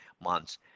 months